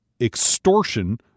extortion